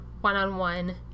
one-on-one